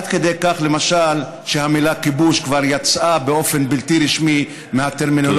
עד כדי למשל שהמילה "כיבוש" כבר יצאה באופן בלתי רשמי מהטרמינולוגיה,